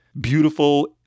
beautiful